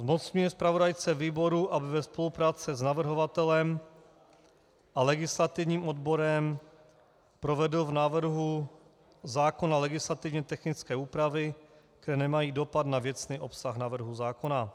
zmocňuje zpravodaje výboru, aby ve spolupráci s navrhovatelem a legislativním odborem provedl v návrhu zákona legislativně technické úpravy, které nemají dopad na věcný obsah návrhu zákona;